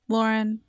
Lauren